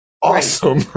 Awesome